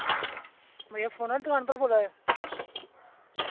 भैया फोन आह्ली दुकान उप्परा बोल्ला दे